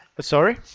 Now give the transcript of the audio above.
Sorry